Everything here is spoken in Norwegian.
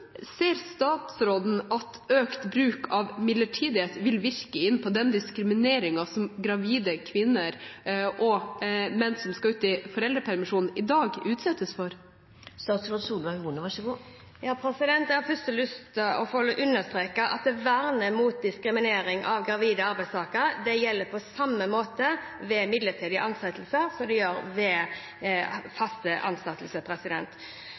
ser statsråden at økt bruk av midlertidighet vil virke inn på den diskrimineringen som gravide kvinner og menn som skal ut i foreldrepermisjon, utsettes for i dag? Jeg har først lyst til å understreke at vernet mot diskriminering av gravide arbeidstakere gjelder på samme måte ved midlertidige ansettelser som det gjør ved faste ansettelser.